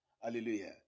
Hallelujah